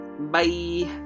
bye